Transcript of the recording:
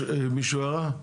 יש למישהו הערה?